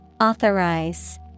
Authorize